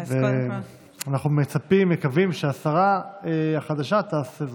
אנחנו מצפים ומקווים שהשרה החדשה תעשה זאת.